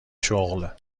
شغل